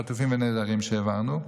חטופים ונעדרים שהעברנו,